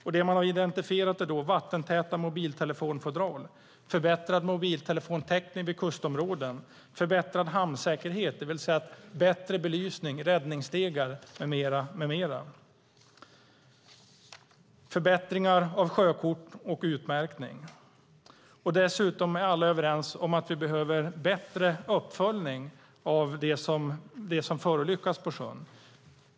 Det som man då har identifierat är vattentäta mobiltelefonfodral, förbättrad mobiltäckning vid kustområden, förbättrad hamnsäkerhet, det vill säga bättre belysning, räddningsstegar med mera, och förbättringar av sjökort och utmärkning. Dessutom är alla överens om att vi behöver bättre uppföljning av dem som förolyckas på sjön.